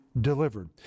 delivered